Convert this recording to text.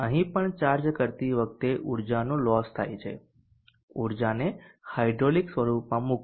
અહીં પણ ચાર્જ કરતી વખતે ઉર્જાનું લોસ થાય છે ઉર્જાને હાઇડ્રોલિક સ્વરૂપમાં મૂકો